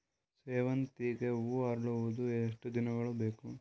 ಸೇವಂತಿಗೆ ಹೂವು ಅರಳುವುದು ಎಷ್ಟು ದಿನಗಳು ಬೇಕು?